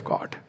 God